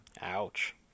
Ouch